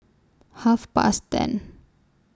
Half Past ten